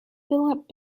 philip